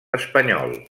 espanyol